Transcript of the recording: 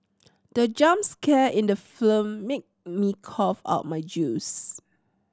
the jump scare in the film made me cough out my juice